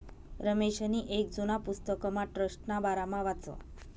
रमेशनी येक जुना पुस्तकमा ट्रस्टना बारामा वाचं